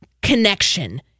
connection